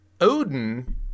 Odin